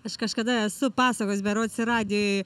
aš kažkada esu pasakojus berods ir radijuj